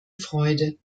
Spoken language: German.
freude